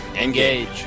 Engage